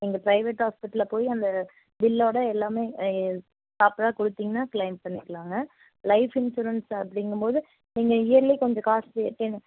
நீங்கள் பிரைவேட் ஹாஸ்பிட்டல்ல போய் அந்த பில்லோட எல்லாமே எ ப்ராப்பராக கொடுத்தீங்கன்னா கிளைம் பண்ணிக்கலாங்க லைஃப் இன்ஷூரன்ஸு அப்படிங்கும்போது நீங்கள் இயர்லி கொஞ்சம் காஸ்ட்லி டென்